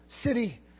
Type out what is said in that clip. city